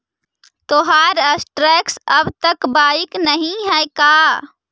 तोहार स्टॉक्स अब तक बाइक नही हैं का